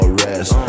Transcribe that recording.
rest